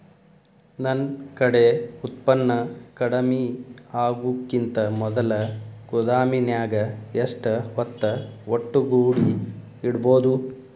ನನ್ ಕಡೆ ಉತ್ಪನ್ನ ಕಡಿಮಿ ಆಗುಕಿಂತ ಮೊದಲ ಗೋದಾಮಿನ್ಯಾಗ ಎಷ್ಟ ಹೊತ್ತ ಒಟ್ಟುಗೂಡಿ ಇಡ್ಬೋದು?